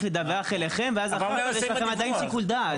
לדווח אליכם ואז אחר כך יש לכם עדיין שיקול דעת.